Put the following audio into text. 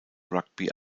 rugby